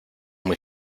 muy